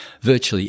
virtually